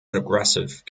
aggressive